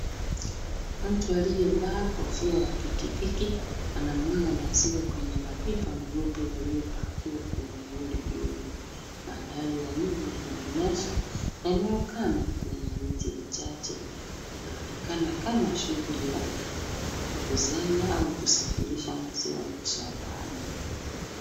Mtu aliyevaa kofia ya pikipiki anamwaga maziwa kwenye mapipa meupe yaliyopakiwa kwenye lori dogo. Mandhari ya nyuma yanaonyesha eneo kame yenye miti michache. Inaonekana kama shughuli ya kukusanya au kusafirisha maziwa mashambani.